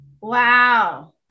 Wow